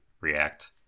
react